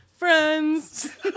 Friends